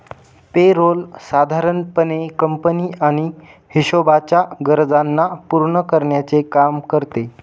पे role साधारण पणे company आणि हिशोबाच्या गरजांना पूर्ण करण्याचे काम करते